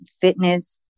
fitness